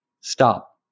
Stop